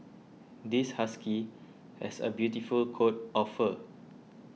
this husky has a beautiful coat of fur